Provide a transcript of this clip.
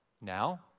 now